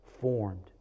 formed